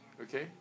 Okay